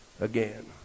again